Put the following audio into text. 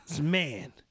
Man